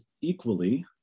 equally